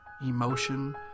emotion